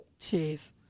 Jeez